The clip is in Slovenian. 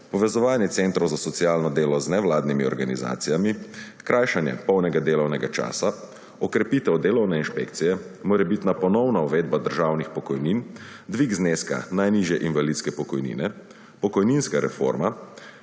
povezovanje centrov za socialno delo z nevladnimi organizacijami, krajšanje polnega delovnega časa, okrepitev delovne inšpekcije, morebitna ponovna uvedba državnih pokojnin, dvig zneska najnižje invalidske pokojnine, pokojninska reforma,